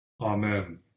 Amen